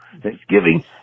Thanksgiving